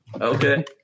Okay